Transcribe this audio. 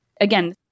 again